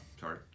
sorry